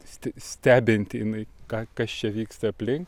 sti stebinti jinai ką kas čia vyksta aplink